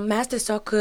mes tiesiog